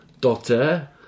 daughter